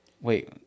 Wait